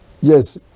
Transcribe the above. Yes